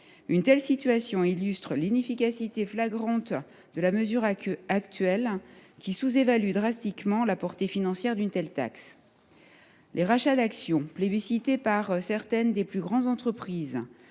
Une telle situation illustre l’inefficacité flagrante de la mesure actuelle, qui réduit drastiquement la portée financière d’une telle taxe. Les rachats d’actions, plébiscités par certaines des plus grandes entreprises,